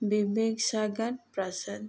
ବିବେକ Sagar ପ୍ରସାଦ